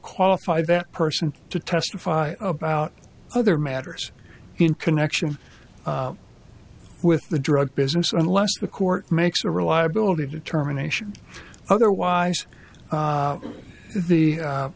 qualify that person to testify about other matters in connection with the drug business unless the court makes a reliability determination otherwise the